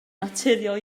naturiol